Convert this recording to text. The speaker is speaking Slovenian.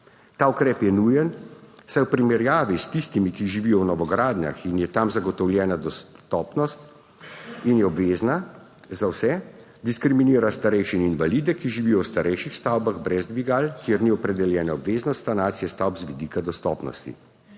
Ta ukrep je nujen, saj v primerjavi s tistimi, ki živijo v novogradnjah in je tam zagotovljena dostopnost in je obvezna za vse, diskriminira starejše in invalide, ki živijo v starejših stavbah brez dvigal, kjer ni opredeljena obveznost sanacije stavb z vidika dostopnosti.